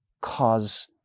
cause